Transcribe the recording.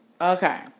Okay